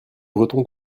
breton